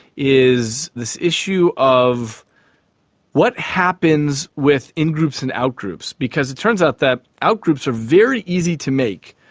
is this issue of what happens with in-groups and out-groups? because it turns out that out-groups are very easy to make,